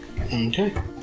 Okay